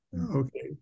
okay